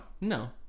no